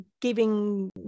giving